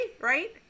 right